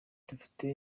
dufite